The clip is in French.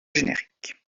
générique